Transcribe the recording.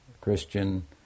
Christian